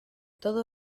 todo